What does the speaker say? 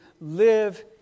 live